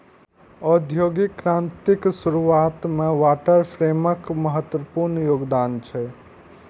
औद्योगिक क्रांतिक शुरुआत मे वाटर फ्रेमक महत्वपूर्ण योगदान छै